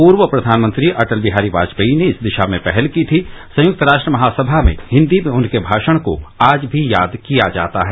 पूर्व प्रधानमंत्री अटल बिहारी वाजपेयी ने इस दिशा में पहल की थी संयुक्तराष्ट्र महासमा में हिन्दी में उनके भाषण को आज भी याद किया जाता है